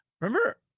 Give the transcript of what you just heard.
Remember